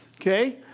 Okay